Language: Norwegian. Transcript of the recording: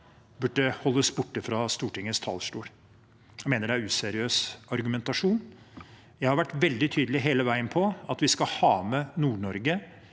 burde holdes borte fra Stortingets talerstol. Jeg mener det er useriøs argumentasjon. Jeg har hele veien vært veldig tydelig på at vi skal ha med Nord-Norge